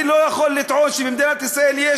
אני לא יכול לטעון שבמדינת ישראל יש